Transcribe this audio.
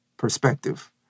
perspective